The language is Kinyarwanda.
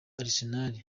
arsenal